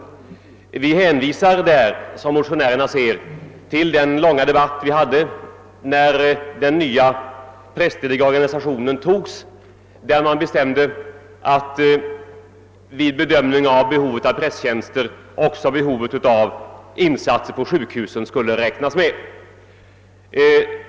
Utskottet hänvisar där, som motionärerna ser, till den långa debatt vi hade, när den nya prästerliga organisationen beslöts, då man bestämde att vid bedömning av behovet av prästtjänster också behovet av insatser vid sjukhusen skulle räknas med.